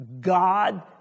God